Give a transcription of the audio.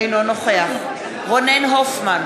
אינו נוכח רונן הופמן,